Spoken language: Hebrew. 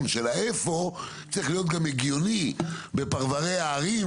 של האיפה צריך להיות גם הגיוני בפרברי הערים